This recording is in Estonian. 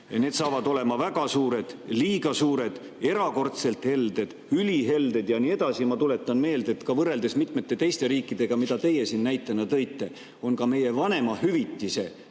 need saavad olema väga suured, liiga suured, erakordselt helded, ülihelded ja nii edasi. Ma tuletan meelde, et võrreldes mitmete teiste riikidega, mida teie siin näitena tõite, on ka meie vanemahüvitisesüsteem